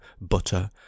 butter